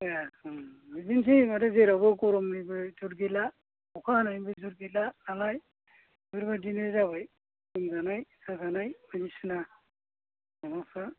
ए बिदिनोसै माथो जेरावबो गरमनि थ'द गैला अखा हानायनिबो थ'द गैला नालाय बेफोरबायदिनो जाबाय लोमजानाय साजानाय बायदिसिना माबाफोरा